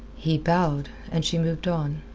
he bowed, and she moved on.